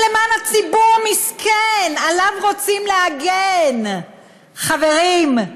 זה למען הציבור המסכן, עליו רוצים להגן, חברים,